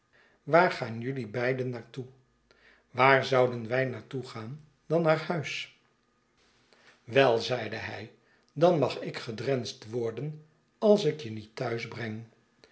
gaan jeluibeiden naar toe waar zouden wij naar toe gaan dan naar huis wel zeide hij dan mag ik gedrensd worden als ik je niet thuis breng